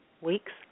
Weeks